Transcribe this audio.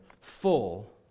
full